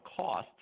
costs